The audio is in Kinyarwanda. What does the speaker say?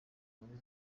muri